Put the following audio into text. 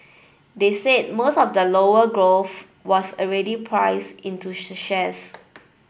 they said most of the lower growth was already price into the shares